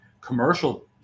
commercial